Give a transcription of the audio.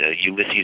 Ulysses